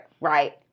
Right